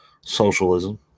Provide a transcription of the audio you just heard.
socialism